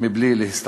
מבלי להסתבך.